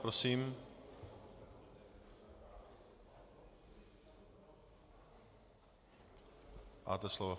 Prosím, máte slovo.